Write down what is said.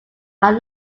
are